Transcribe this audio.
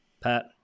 Pat